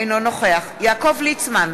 אינו נוכח יעקב ליצמן,